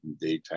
daytime